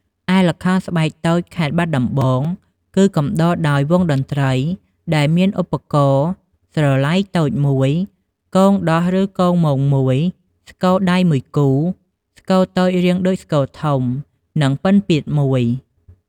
ឯល្ខោនស្បែកតូចខេត្តបាត់ដំបង គឺកំដរដោយវង់តន្ត្រី ដែលមានឧបករណ៍ស្រឡៃតូច១ គងដោះឬគងម៉ង់១ ស្គរដៃ១គូ ស្គរតូចរាងដូចស្គរធំ និងពិណពាទ្យ១ ។